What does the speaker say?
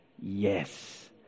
yes